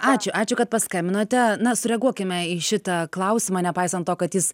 ačiū ačiū kad paskambinote na sureaguokime į šitą klausimą nepaisant to kad jis